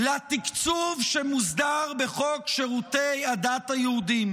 לתקצוב שמוסדר בחוק שירותי הדת היהודיים,